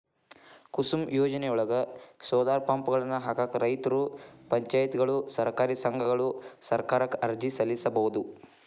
ಕುಸುಮ್ ಯೋಜನೆಯೊಳಗ, ಸೋಲಾರ್ ಪಂಪ್ಗಳನ್ನ ಹಾಕಾಕ ರೈತರು, ಪಂಚಾಯತ್ಗಳು, ಸಹಕಾರಿ ಸಂಘಗಳು ಸರ್ಕಾರಕ್ಕ ಅರ್ಜಿ ಸಲ್ಲಿಸಬೋದು